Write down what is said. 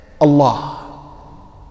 Allah